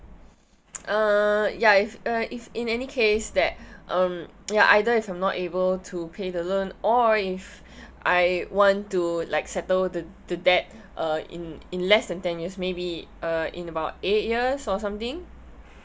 uh ya if uh if in any case that um ya either is I'm not able to pay the loan or if I want to like settle the the debt uh in in less than ten years maybe uh in about eight years or something